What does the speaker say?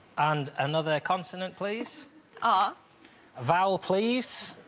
and another consonant, please aa vowel, please.